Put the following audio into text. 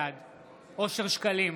בעד אושר שקלים,